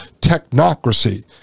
technocracy